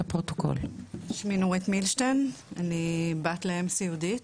שמי נורית מילשטיין, אני בת לאם סיעודית,